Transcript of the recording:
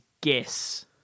guess